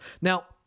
Now